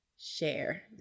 share